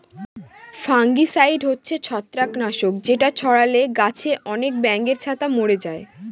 fungicide হচ্ছে ছত্রাক নাশক যেটা ছড়ালে গাছে আনেক ব্যাঙের ছাতা মোরে যায়